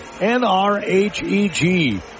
N-R-H-E-G